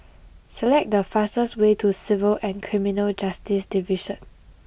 select the fastest way to Civil and Criminal Justice Division